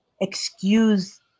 excuse